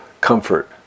comfort